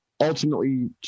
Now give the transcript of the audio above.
ultimately